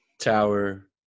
Tower